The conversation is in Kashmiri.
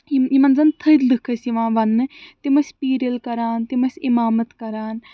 یِم یِمن زن تھٔدۍ لُکھ ٲسۍ یِوان ونٛنہٕ تِم ٲسۍ پیٖرِل کَران تِم ٲسۍ اِمامت کَران